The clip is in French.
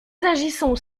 agissons